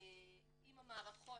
אשקלון,